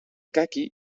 caqui